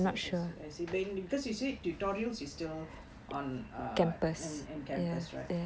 I see I see but because you said tutorials is still on uh in in campus right